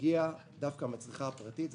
הגיעה דווקא מן הצריכה הפרטית.